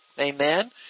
Amen